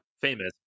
famous